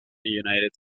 united